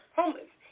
homeless